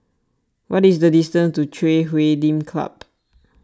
what is the distance to Chui Huay Lim Club